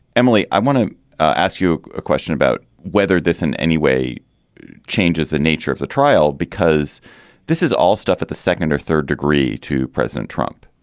emily, i want to ask you a question about whether this in any way changes the nature of the trial, because this is all stuff at the second or third degree to president trump.